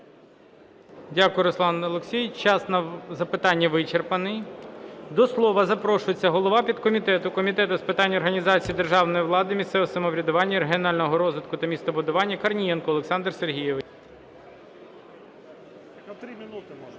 Дякую, Руслан Олексійович. Час на запитання вичерпаний. До слова запрошується голова підкомітету Комітету з питань організації державної влади, місцевого самоврядування, регіонального розвитку та містобудування Корнієнко Олександр Сергійович.